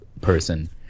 person